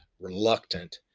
reluctant